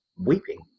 weeping